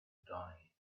die